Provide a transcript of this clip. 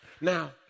Now